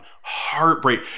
Heartbreak